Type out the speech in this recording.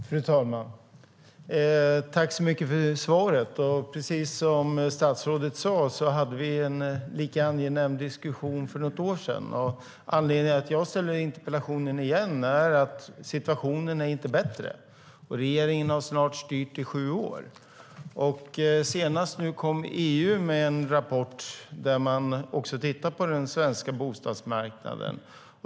Fru talman! Tack så mycket för svaret! Precis som statsrådet sade hade vi en lika angenäm diskussion för något år sedan. Anledningen till att jag ställer den här interpellationen igen är att situationen inte är bättre och att regeringen snart har styrt i sju år. Senast kom EU med en rapport där man också tittar på den svenska bostadsmarknaden.